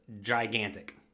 gigantic